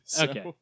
Okay